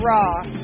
Raw